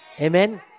Amen